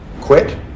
quit